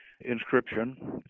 inscription